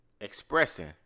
Expressing